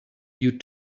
you